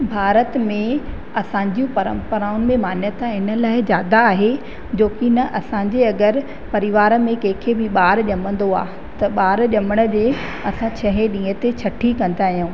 भारत में असांजी परंपराउनि में मान्यता हिन लाइ ज्यादा आहे जोकी न असांजी अगरि परिवार में कंहिंखे बि ॿारु ॼमंदो आहे त ॿारु ॼमण जे असां छहें ॾींहं ते छठी कंदा आहियूं